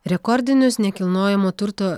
rekordinius nekilnojamo turto